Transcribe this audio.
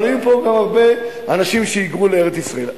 אבל היו פה גם הרבה אנשים שהיגרו לארץ-ישראל.